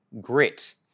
grit